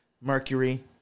Mercury